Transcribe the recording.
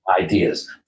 ideas